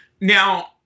Now